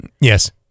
Yes